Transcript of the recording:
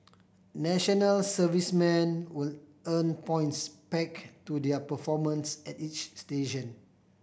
national servicemen will earn points peg to their performance at each station